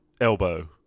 elbow